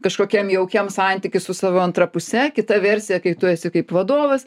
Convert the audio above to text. kažkokiam jaukiam santyky su savo antra puse kita versija kai tu esi kaip vadovas